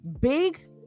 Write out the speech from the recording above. big